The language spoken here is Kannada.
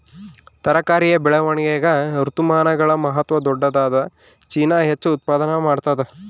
ತರಕಾರಿಯ ಬೆಳವಣಿಗಾಗ ಋತುಮಾನಗಳ ಮಹತ್ವ ದೊಡ್ಡದಾದ ಚೀನಾ ಹೆಚ್ಚು ಉತ್ಪಾದನಾ ಮಾಡ್ತದ